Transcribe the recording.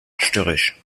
störrisch